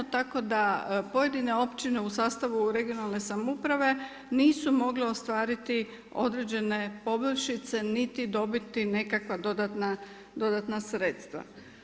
Tako da pojedine općine u sastavu regionalne samouprave nisu mogle ostvariti određene poboljšice niti dobiti nekakva dodatna sredstva.